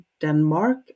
Denmark